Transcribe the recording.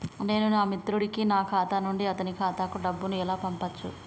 నేను నా మిత్రుడి కి నా ఖాతా నుండి అతని ఖాతా కు డబ్బు ను ఎలా పంపచ్చు?